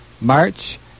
march